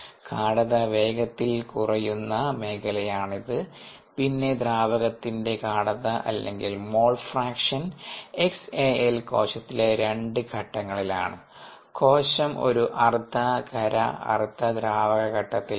ഗാഢത വേഗത്തിൽ കുറയുന്ന മേഖലയാണിത് പിന്നെ ദ്രാവകത്തിൻറെ ഗാഢത അല്ലെങ്കിൽ മോൾ ഫ്രാക്ഷൻ xAL കോശത്തിലെ 2 ഘട്ടങ്ങളിലാണ് കോശം ഒരു അർദ്ധ ഖര അർദ്ധ ദ്രാവക ഘട്ടത്തിൽ ആണ്